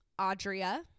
Audrea